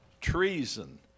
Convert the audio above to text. treason